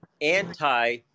anti